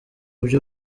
by’u